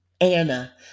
Anna